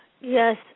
Yes